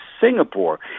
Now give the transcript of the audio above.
Singapore